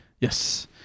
Yes